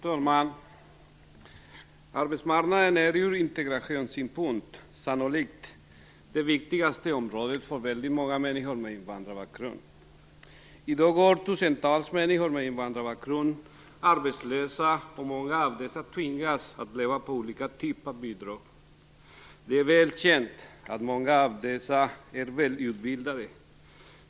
Fru talman! Arbetsmarknaden är ur integrationssynpunkt sannolikt det viktigaste området för väldigt många människor med invandrarbakgrund. I dag går tusentals människor med invandrarbakgrund arbetslösa, och många av dem tvingas att leva på olika typer av bidrag. Det är väl känt att många av dessa är väl utbildade.